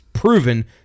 Proven